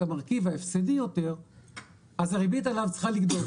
המרכיב ההפסדי יותר אז הריבית עליו צריכה לגדול.